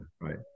right